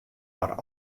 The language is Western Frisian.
har